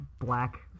black